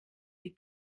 die